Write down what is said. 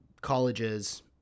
colleges